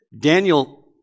Daniel